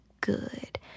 good